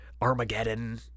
Armageddon